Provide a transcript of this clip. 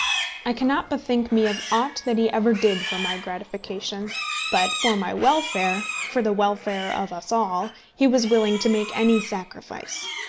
i cannot bethink me of aught that he ever did for my gratification but for my welfare for the welfare of us all he was willing to make any sacrifice.